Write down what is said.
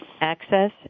access